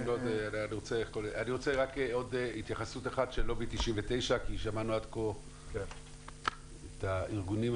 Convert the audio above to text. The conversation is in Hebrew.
אני רוצה עוד התייחסות אחת של לובי 99. כי שמענו עד כה את הארגונים.